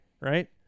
right